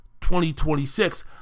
2026